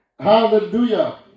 Hallelujah